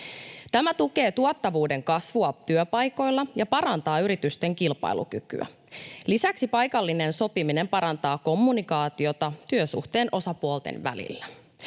Tämä tukee tuottavuuden kasvua työpaikoilla ja parantaa yritysten kilpailukykyä. Lisäksi paikallinen sopiminen parantaa kommunikaatiota työsuhteen osapuolten välillä.